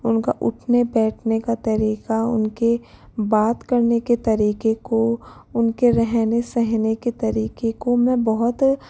उनका उठने बैठने का तरीका उनके बात करने के तरीके को उनके रहने सहने के तरीके को मैं बहुत